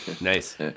Nice